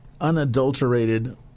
unadulterated